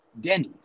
Denny's